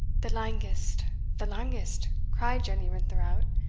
the langest, the langest, cried jenny rintherout,